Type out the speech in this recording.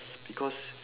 because